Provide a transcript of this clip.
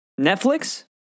Netflix